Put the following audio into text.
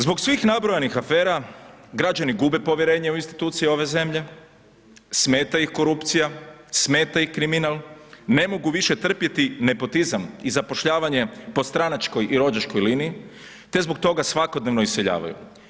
Zbog svih nabrojanih afera, građani gube povjerenje u institucije ove zemlje, smeta ih korupcija, smeta ih kriminal, ne mogu više trpjeti nepotizam i zapošljavanje po stranačkoj i rođačkoj liniji, te zbog toga svakodnevno iseljavaju.